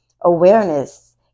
awareness